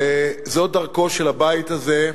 זו דרכו של הבית הזה.